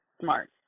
smart